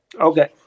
Okay